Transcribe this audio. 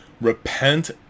repent